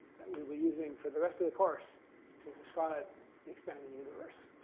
that we'll be using for the rest of the course to describe the expanding universe.